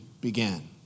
began